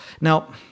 Now